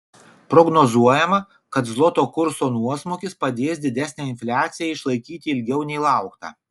prognozuojama kad zloto kurso nuosmukis padės didesnę infliaciją išlaikyti ilgiau nei laukta